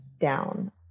down